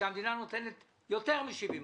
שהמדינה נותנת יותר מ-70%,